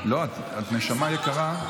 את נשמה יקרה,